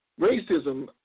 racism